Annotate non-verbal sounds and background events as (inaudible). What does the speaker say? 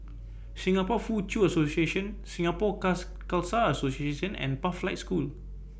Singapore Foochow Association Singapore (unintelligible) Khalsa Association and Pathlight School